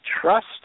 trust